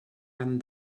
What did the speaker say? han